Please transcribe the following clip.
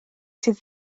sydd